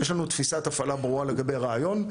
יש לנו תפיסת הפעלה ברורה לגבי הריאיון.